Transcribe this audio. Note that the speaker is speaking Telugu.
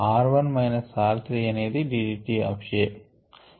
r 1 మైనస్ r 3 అనేది d d t of A